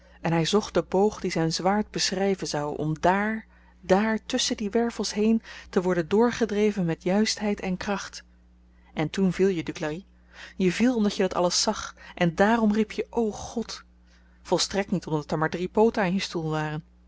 en hy zocht den boog dien zyn zwaard beschryven zou om dààr dààr tusschen die wervels heen te worden doorgedreven met juistheid en kracht en toen viel je duclari je viel omdat je dat alles zag en dààrom riep je o god volstrekt niet omdat er maar drie pooten aan je stoel waren